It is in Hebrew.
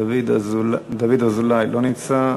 דוד אזולאי לא נמצא,